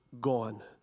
gone